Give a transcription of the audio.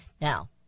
Now